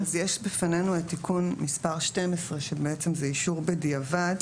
יש בפנינו את תיקון מס' 12 שבעצם זה אישור בדיעבד.